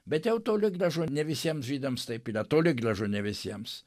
bet jau toli gražu ne visiems žydams taip yra toli gražu ne visiems